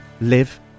live